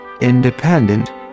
Independent